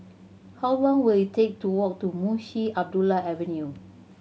how long will it take to walk to Munshi Abdullah Avenue